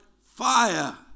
fire